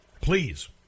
Please